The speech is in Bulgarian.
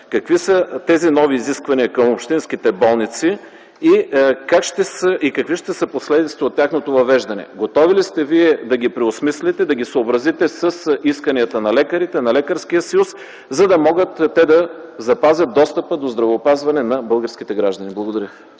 какви са тези нови изисквания към общинските болници и какви ще са последиците от тяхното въвеждане? Готови ли сте Вие да ги преосмислите, да ги съобразите с исканията на лекарите, на Лекарския съюз, за да могат те да запазят достъпа до здравеопазване на българските граждани? Благодаря.